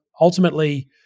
ultimately